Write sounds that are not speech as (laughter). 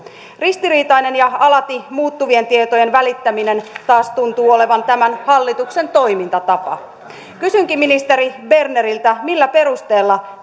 ristiriitainen ja alati muuttuvien tietojen välittäminen taas tuntuu olevan tämän hallituksen toimintatapa kysynkin ministeri berneriltä millä perusteella (unintelligible)